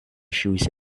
shoes